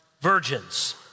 virgins